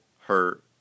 hurt